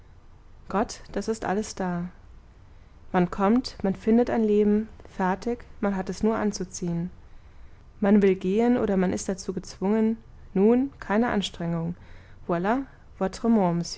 gott das ist alles da man kommt man findet ein leben fertig man hat es nur anzuziehen man will gehen oder man ist dazu gezwungen nun keine anstrengung